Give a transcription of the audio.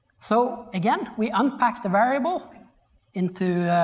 so again, we unpack the variable into